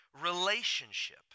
relationship